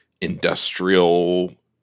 industrial